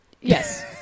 Yes